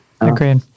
Agreed